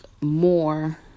more